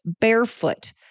barefoot